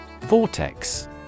Vortex